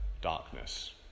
darkness